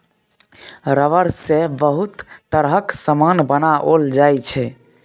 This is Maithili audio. रबर सँ बहुत तरहक समान बनाओल जाइ छै